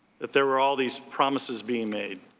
that there were all these promises being made.